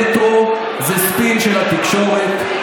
המטרו זה ספין של התקשורת.